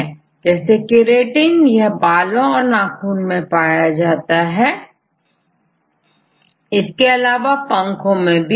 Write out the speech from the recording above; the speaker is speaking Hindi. उदाहरण के लिए छात्र Keratin जैसे keratineयह फाइबर प्रोटीन है साथ ही कोलेजन भी है यह बालों और नाखूनों में पाया जाता है इसके अलावा पंखों में भी